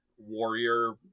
warrior